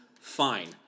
fine